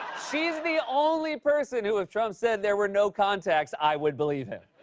she's the only person who, if trump said there were no contacts, i would believe it.